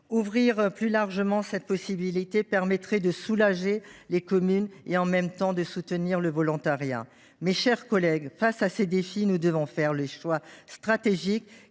Ouvrir plus largement cette possibilité permettrait de soulager les communes et, en même temps, de soutenir le volontariat. Mes chers collègues, face à tous ces défis, nous devons faire les choix stratégiques